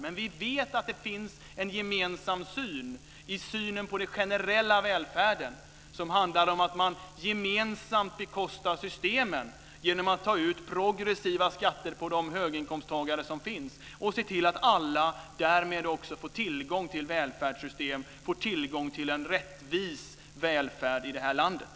Men vi vet att det finns en gemensam syn på den generella välfärden som handlar om att man gemensamt bekostar systemen genom att ta ut progressiva skatter på de höginkomsttagare som finns och se till att alla därmed också får tillgång till välfärdssystem, får tillgång till en rättvis välfärd i det här landet.